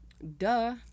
duh